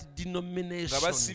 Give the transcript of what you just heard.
denomination